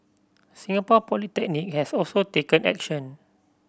Singapore Polytechnic has also taken action